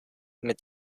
mit